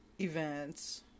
events